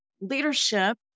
leadership